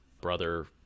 brother